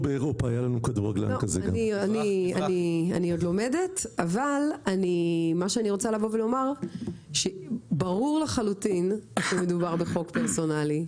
אני עוד לומדת אבל אני רוצה לומר שברור לחלוטין שמדובר בחוק פרסונלי.